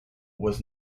was